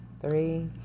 three